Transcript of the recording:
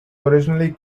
originally